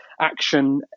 action